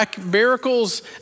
miracles